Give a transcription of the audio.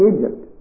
Egypt